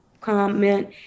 comment